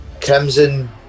Crimson